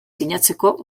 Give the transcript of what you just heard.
sinatzeko